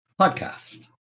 podcast